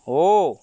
हो